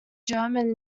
german